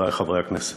חברי חברי הכנסת,